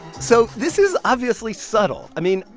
so this is obviously subtle. i mean,